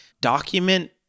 document